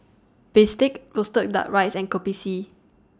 Bistake Roasted Duck Rice and Kopi C